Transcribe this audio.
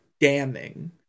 damning